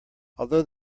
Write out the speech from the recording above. although